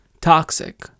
toxic